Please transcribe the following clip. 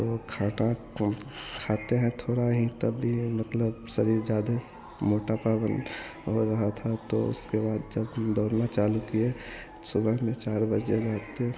तो खाना खाते हैं थोड़ा ही तब भी मतलब शरीर ज़्यादे मोटापा बन हो रहा था तो उसके बाद जब हम दौड़ना चालू किए सुबह में चार बजे घर से